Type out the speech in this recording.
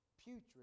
putrid